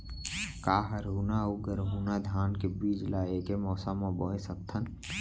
का हरहुना अऊ गरहुना धान के बीज ला ऐके मौसम मा बोए सकथन?